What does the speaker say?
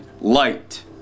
light